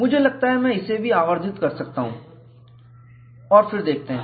मुझे लगता है मैं इसे भी आवर्धित कर सकता हूं और फिर देखते हैं